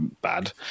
bad